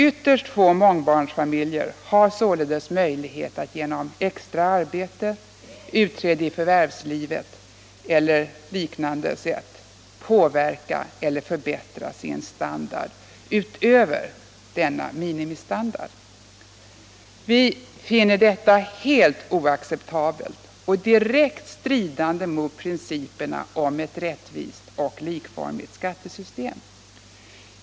Ytterst få mångbarnsfamiljer har således möjlighet att genom extra arbete, utträde i förvärvslivet eller något liknande påverka eller förändra Allmänpolitisk debatt Allmänpolitisk debatt sin standard utöver denna minimistandard. Vi finner detta helt oacceptabelt och direkt stridande mot principerna om ett rättvist och jämlikt skattesystem.